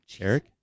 Eric